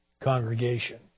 congregation